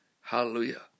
Hallelujah